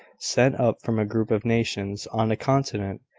sent up from a group of nations on a continent,